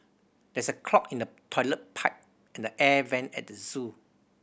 there is a clog in the toilet pipe and the air vent at the zoo